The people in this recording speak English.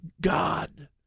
God